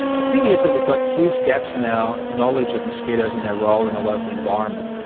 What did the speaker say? the thing is that we've got huge gaps in our knowledge of mosquitoes and their role in the local environment.